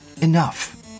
enough